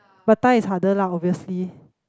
but Thai is harder lah obviously